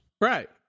Right